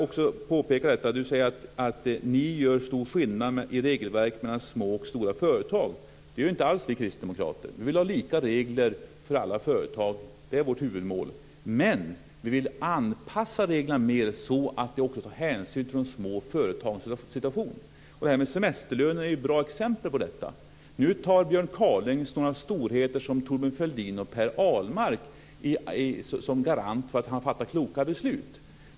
Björn Kaaling säger att det görs stor skillnad mellan små och stora företag när det gäller regelverk men det gör vi kristdemokrater inte alls. Vi vill ha lika regler för alla företag. Det är vårt huvudmål men vi vill anpassa reglerna mer så att hänsyn också tas till de små företagens situation. Det här med semesterlön är ett bra exempel. Nu tar Björn Kaaling sådana storheter som Thorbjörn Fälldin och Per Ahlmark som garanter för att han fattar kloka beslut.